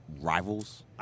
rivals